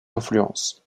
influences